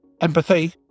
Empathy